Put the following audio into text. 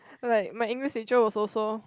like my English teacher was also